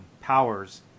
powers